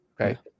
Okay